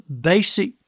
basic